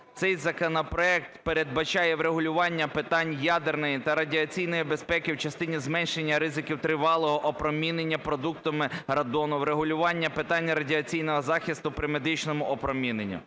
Цей законопроект передбачає: врегулювання питань ядерної та радіаційної безпеки в частині зменшення ризиків тривалого опромінення продуктами радону; врегулювання питання радіаційного захисту при медичному опроміненні;